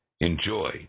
enjoy